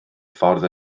ffordd